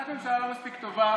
אני עונה לך: קודם כול,